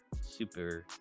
super